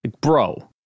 Bro